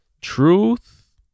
Truth